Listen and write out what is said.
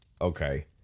okay